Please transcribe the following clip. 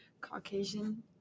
Caucasian